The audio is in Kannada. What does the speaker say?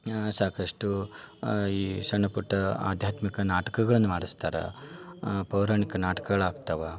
ಸಾಕಷ್ಟು ಈ ಸಣ್ಣಪುಟ್ಟ ಆಧ್ಯಾತ್ಮಿಕ ನಾಟಕಗಳನ್ನ ಮಾಡಿಸ್ತಾರೆ ಪೌರಾಣಿಕ ನಾಟ್ಕಗಳು ಆಗ್ತಾವ